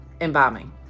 embalming